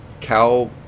Cow –